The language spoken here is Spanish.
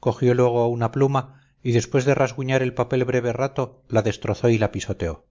cogió luego una pluma y después de rasguñar el papel breve rato la destrozó y la pisoteó